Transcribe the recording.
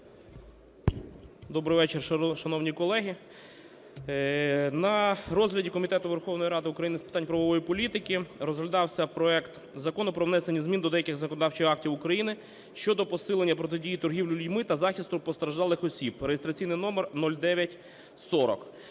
Добрий вечір, шановні колеги! На розгляді Комітету Верховної Ради України з питань правової політики розглядався проект Закону про внесення змін до деяких законодавчих актів України щодо посилення протидії торгівлі людьми та захисту постраждалих осіб (реєстраційний номер 0940).